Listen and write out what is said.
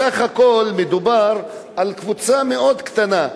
בסך הכול מדובר על קבוצה מאוד קטנה,